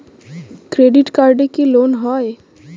Credit কার্ডে কি loan হয়?